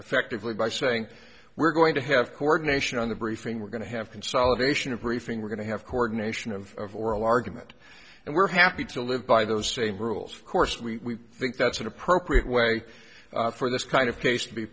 effectively by saying we're going to have coordination on the briefing we're going to have consolidation of briefing we're going to have coordination of oral argument and we're happy to live by those same rules of course we think that's an appropriate way for this kind of case to be